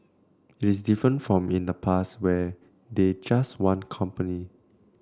it is different from in the past where they just want company